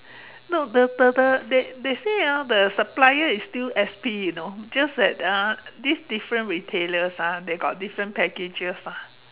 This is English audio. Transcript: no the the the they they say ah the supplier is still S_P you know just that ah these different retailers ah they got different packages ah